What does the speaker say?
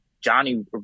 Johnny